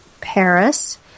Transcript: Paris